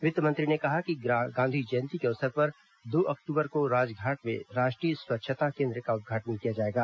वित्तमंत्री ने कहा कि गांधी जयंती के अवसर पर दो अक्टूबर को राजघाट में राष्ट्रीय स्वच्छता केन्द्र का उद्घाटन किया जायेगा